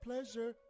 pleasure